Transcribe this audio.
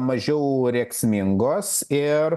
mažiau rėksmingos ir